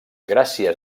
gràcies